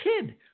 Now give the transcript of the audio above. kid